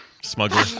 Smuggler